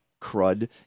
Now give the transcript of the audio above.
crud